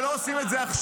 ולא עושים את זה עכשיו.